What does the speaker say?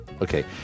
Okay